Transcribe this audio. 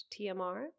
tmr